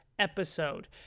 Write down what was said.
episode